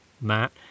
matt